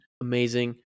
amazing